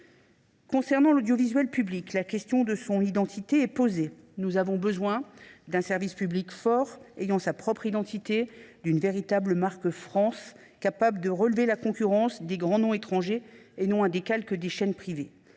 de l’audiovisuel public se pose également. Nous avons besoin d’un service public fort ayant sa propre identité, d’une véritable marque « France », capable de relever la concurrence des grands noms étrangers, et non d’un décalque des chaînes privées.